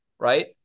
right